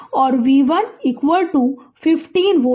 और V 1 15 volt